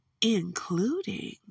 including